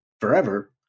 forever